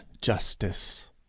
justice